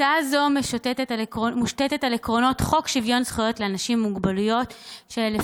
הצעה זו מושתתת על עקרונות חוק שוויון זכויות לאנשים עם מוגבלות מ-1998,